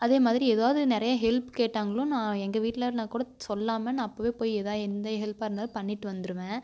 அதேமாதிரி ஏதாவது நிறைய ஹெல்ப் கேட்டாங்கனாலும் நான் எங்கள் வீட்ல கூட சொல்லாமல் நான் அப்பயே போய் எதா எந்த ஹெல்ப்பாக இருந்தாலும் பண்ணிவிட்டு வந்துடுவேன்